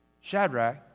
Shadrach